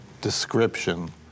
description